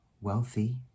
wealthy